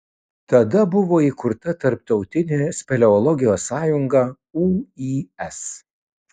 tada buvo įkurta tarptautinė speleologijos sąjunga uis